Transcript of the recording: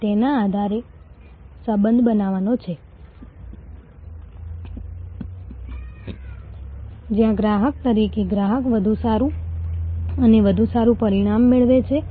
અને આ ખૂબ જ મહત્વપૂર્ણ છે કે આ બિન હાનિકારક લાગે છે પરંતુ આ નાની ક્રિયાઓ તમને વફાદારી અને સંબંધ વિકસાવવામાં આટલું મોટું પરિણામ આપી શકે છે